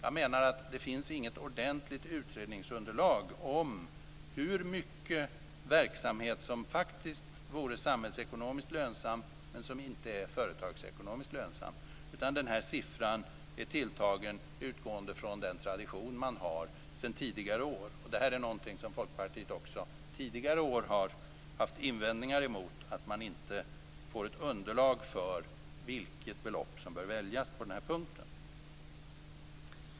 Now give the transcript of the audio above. Jag menar att det inte finns något ordentligt utredningsunderlag om hur mycket verksamhet som faktiskt vore samhällsekonomiskt lönsam men som inte är företagsekonomiskt lönsam. Den här siffran är tilltagen utifrån den tradition man har sedan tidigare år. Detta är någonting som Folkpartiet också tidigare år haft invändningar emot, dvs. att man inte får ett underlag för vilket belopp som bör väljas på den här punkten.